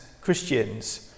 Christians